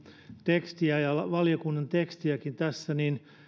tekstiä ja valiokunnan tekstiäkin niin